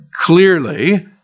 clearly